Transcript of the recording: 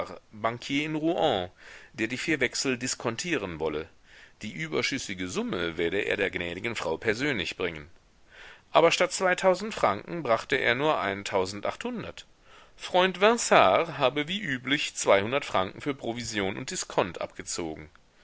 der die vier wechsel diskontieren wolle die überschüssige summe werde er der gnädigen frau persönlich bringen aber statt zweitausend franken brachte er nur eintausendachthundert freund vinard habe wie üblich zweihundert franken für provision und diskont abgezogen